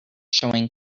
showing